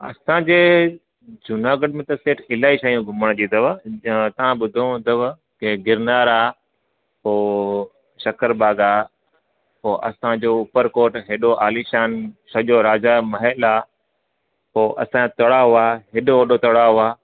असांजे जूनागढ़ में त सेठ इलाही शयूं घुमण जी अथव जगह तव्हां ॿुधो अथव हिते गिरनर आहे पोइ शकरबाग आहे पोइ असां जो ऊपरकोट हेॾो आलीशान सॼो राजा महल आहे पोइ असांजो तड़ाव आहे हेॾो वॾो तड़ाव आहे